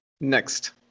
next